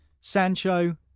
Sancho